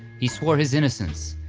he swore his innocence,